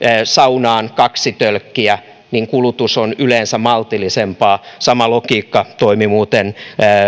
saunaan kaksi tölkkiä niin kulutus on yleensä maltillisempaa sama logiikka toimi muuten